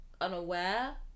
unaware